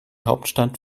hauptstadt